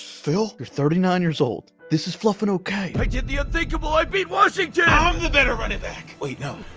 phil, you're thirty nine years old. this is fluffin' ok. i did the unthinkable. i beat washington! i'm the better running back! wait, no.